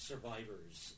survivors